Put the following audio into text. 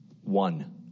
one